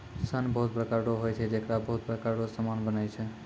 सन बहुत प्रकार रो होय छै जेकरा बहुत प्रकार रो समान बनै छै